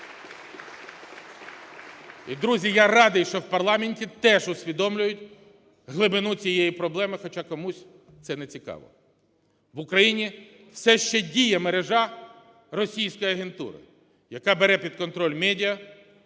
І, друзі, я радий, що в парламенті теж усвідомлюють глибину цієї проблеми, хоча комусь це нецікаво. В Україні все ще діє мережа російської агентури, яка бере під контроль медіа,